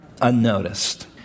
unnoticed